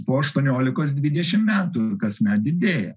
po aštuoniolikos dvidešimt metų kasmet didėja